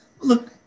look